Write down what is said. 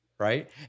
Right